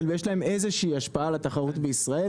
ויש להם איזושהי השפעה על התחרות בישראל,